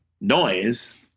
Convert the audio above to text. noise